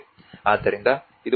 ಆದ್ದರಿಂದ ಇದು ಒಂದು ಅಂಶವಾಗಿದೆ